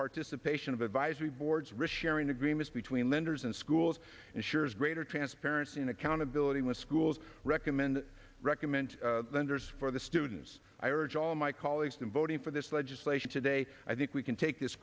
participation of advisory boards risk sharing agreements between lenders and schools ensures greater transparency and accountability when schools recommend recommend unders for the students i urge all my colleagues in voting for this legislation today i think we can take this